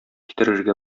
китерергә